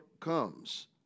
comes